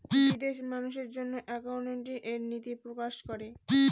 বিদেশে মানুষের জন্য একাউন্টিং এর নীতি প্রকাশ করে